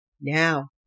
Now